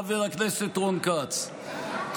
חבר הכנסת רון כץ,